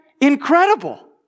incredible